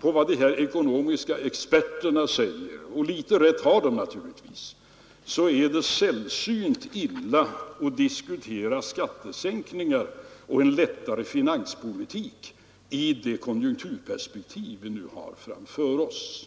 på vad de här ekonomiska experterna säger — och litet rätt har de naturligtvis — är detta en situation då det sällsynt illa lämpar sig att diskutera skattesänkningar och en lättare finanspolitik, alltså i det konjunkturperspektiv vi har framför oss.